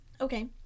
okay